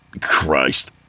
Christ